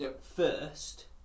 first